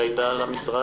כן.